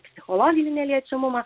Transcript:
psichologinį neliečiamumą